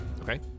Okay